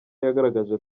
yagaragaje